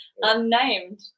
unnamed